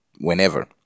whenever